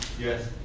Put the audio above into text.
yes.